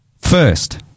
first